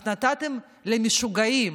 אז נתתם למשוגעים,